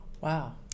Wow